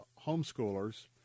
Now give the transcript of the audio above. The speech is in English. homeschoolers